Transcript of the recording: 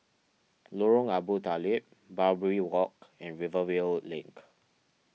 Lorong Abu Talib Barbary Walk and Rivervale Link